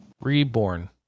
Reborn